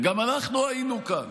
וגם אנחנו היינו כאן.